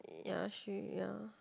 ya she ya